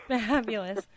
Fabulous